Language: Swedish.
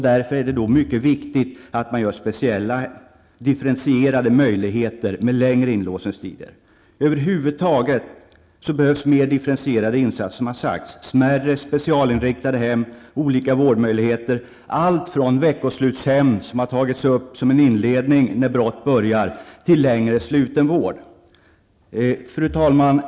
Därför är det mycket viktigt med speciella differentierade möjligheter med längre inlåsningstider. Över huvud taget behövs mer differentierade insatser än vad som har sagts. Det kan vara smärre specialinriktade hem med olika vårdmöjligheter, t.ex. allt från veckoslutshem, som kan användas vid inledningen av en brottsbana, till längre sluten vård. Fru talman!